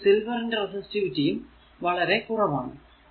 സിൽവർന്റെ റെസിസ്റ്റിവിറ്റിയും വളരെ കുറവാണു